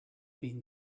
been